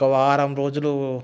ఒక వారం రోజులు